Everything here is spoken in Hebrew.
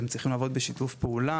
הרגולטורים צריכים לעבוד בשיתוף הפעולה.